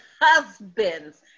husbands